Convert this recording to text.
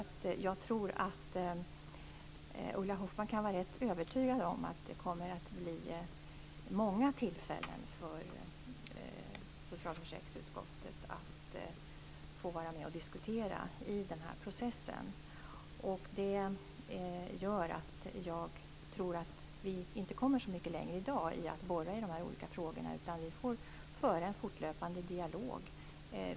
Ulla Hoffmann kan vara rätt övertygad om att det kommer att bli många tillfällen för socialförsäkringsutskottet att vara med och diskutera i den här processen. Jag tror att vi inte kommer så mycket längre i dag genom att borra i de här olika frågorna, utan vi får föra en fortlöpande dialog.